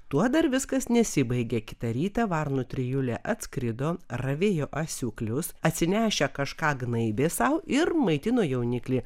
tuo dar viskas nesibaigė kitą rytą varnų trijulė atskrido ravėjo asiūklius atsinešę kažką gnaibė sau ir maitino jauniklį